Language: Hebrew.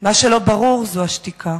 מה שלא ברור זה השתיקה.